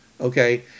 okay